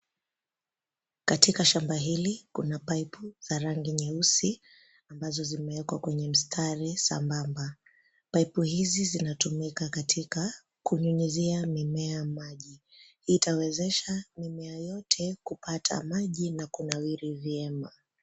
Katika shamba hili, kuna paipu za rangi nyeusi ambazo zimewekwa kwa mstari sambamba. Paipu hizi zinatumika katika kunyunyuzia mimea maji, hii itawezesha mimea yote kupata maji na kunawiri vyema .